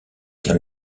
qu’un